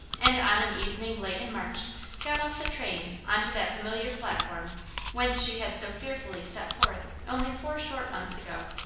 and on an evening late in march got off the train on to that familiar platform whence she had so fearfully set forth only four short months ago.